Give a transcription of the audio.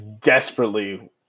desperately